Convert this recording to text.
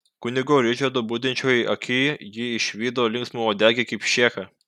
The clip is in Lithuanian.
kunigo ričardo budinčioj aky ji išvydo linksmauodegį kipšėką